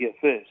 first